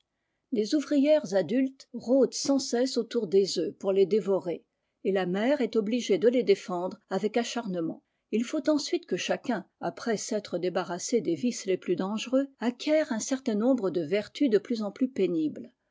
les ouvrières adultes rôdent sans cesse autour des œufs pour les dévorer et la mère est obligée de les défendre avec acharnement il faut ensuite que chacun après s'être débarrassé des vices lès plus dangereux acquière un certain nombre de vertus de plus en plus pénibles